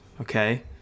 Okay